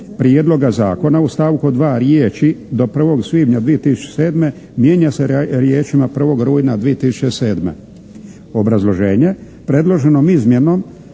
prijedloga zakona u stavku 2. riječi: "do 1. svibnja 2007." mijenja se riječima: "1. rujna 2007.". Obrazloženje, predloženom izmjenom